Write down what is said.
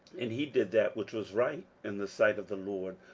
and he did that which was right in the sight of the lord,